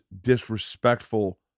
disrespectful